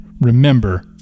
remember